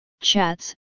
chats